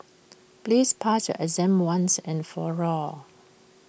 please pass your exam once and for all